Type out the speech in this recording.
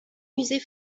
musées